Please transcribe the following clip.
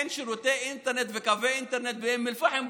אין שירותי אינטרנט וקווי אינטרנט באום אל-פחם,